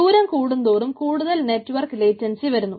ദൂരം കൂടുന്തോറും കൂടുതൽ നെറ്റ്വർക്ക് ലേറ്റൻസി വരുന്നു